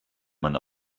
man